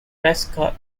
prescott